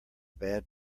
bad